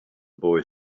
boy